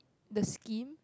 the scheme